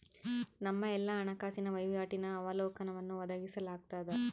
ನಮ್ಮ ಎಲ್ಲಾ ಹಣಕಾಸಿನ ವಹಿವಾಟಿನ ಅವಲೋಕನವನ್ನು ಒದಗಿಸಲಾಗ್ತದ